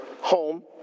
home